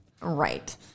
Right